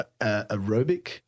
aerobic